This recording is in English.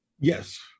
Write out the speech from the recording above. Yes